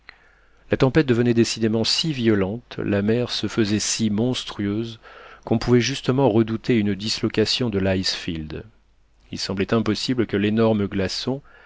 la tempête devenait décidément si violente la mer se faisait si monstrueuse qu'on pouvait justement redouter une dislocation de l'icefield il semblait impossible que l'énorme glaçon